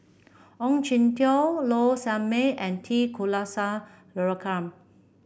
Ong Jin Teong Low Sanmay and T Kulasekaram